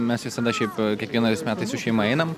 mes visada šiaip kiekvienais metais su šeima einam